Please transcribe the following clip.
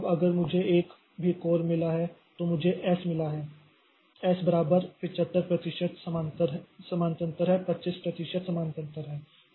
अब अगर मुझे एक भी कोर मिला है तो मुझे एस मिला है एस बराबर 75 प्रतिशत समानांतर है 25 प्रतिशत समानांतर है